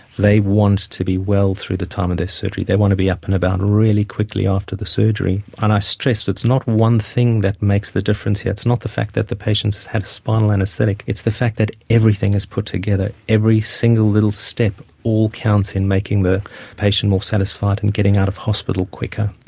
they want to be well through the time of their surgery, they want to be up and about really quickly after the surgery. and i stress it's not one thing that makes the difference here, it's not the fact that the patient has had a spinal anaesthetic, it's the fact that everything is put together, every single little step all counts in making the patient more satisfied and getting out of hospital quicker.